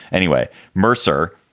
anyway, mercer